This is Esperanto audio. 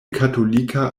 katolika